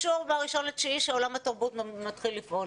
ב-1 בספטמבר עולם התרבות מתחיל לפעול.